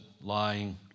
lying